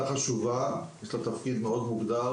זו עבודה חשובה, יש לה תפקיד מאוד מוגדר,